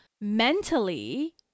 mentally